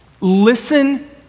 listen